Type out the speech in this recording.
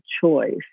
choice